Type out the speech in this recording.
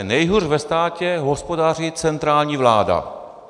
Nejhůř ve státě hospodaří centrální vláda.